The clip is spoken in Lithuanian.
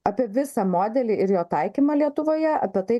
apie visą modelį ir jo taikymą lietuvoje apie tai